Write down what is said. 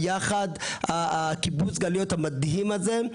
היחד, קיבוץ הגלויות המדהים הזה.